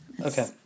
Okay